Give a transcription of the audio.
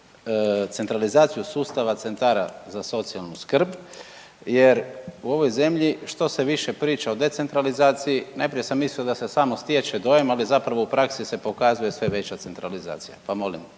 centralizaciju sustava centara za socijalnu skrb, jer u ovoj zemlji što se više priča o decentralizaciji, najprije sam mislio da se samo stječe dojam, ali zapravo u praksi se pokazuje sve veća centralizacija pa molim